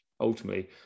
ultimately